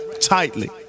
Tightly